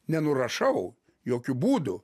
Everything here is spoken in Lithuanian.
nenurašau jokiu būdu